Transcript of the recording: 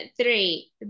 three